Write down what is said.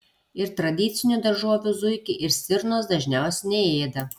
ir tradicinių daržovių zuikiai ir stirnos dažniausiai neėda